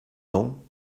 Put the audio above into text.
dents